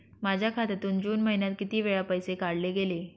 माझ्या खात्यातून जून महिन्यात किती वेळा पैसे काढले गेले?